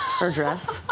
her dress.